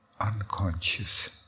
unconscious